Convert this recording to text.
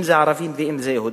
אם זה ערבים ואם זה יהודים,